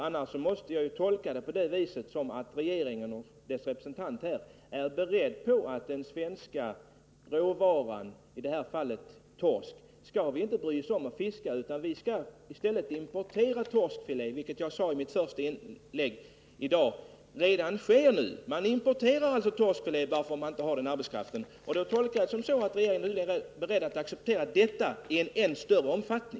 Annars måste jag göra den tolkningen att regeringen och dess representant här är beredda att acceptera att vi inte skall ta vara på torsken som svensk råvara — att vi inte skall bry oss om att fiska den — utan i stället importera torskfilé. Och som jag sade i mitt första inlägg i dag sker detta redan nu. Vi importerar alltså torskfilé därför att vi inte har den arbetskraft som behövs. Jag måste då göra den tolkningen att regeringen är beredd att acceptera detta i en än större omfattning.